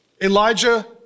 Elijah